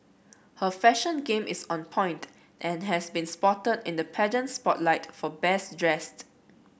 her fashion game is on point and has been spotted in the pageant spotlight for best dressed